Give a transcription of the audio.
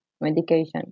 medication